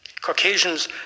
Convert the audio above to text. caucasians